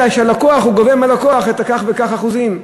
זה שהוא גובה מהלקוח כך וכך אחוזים.